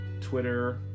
Twitter